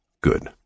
Good